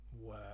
Wow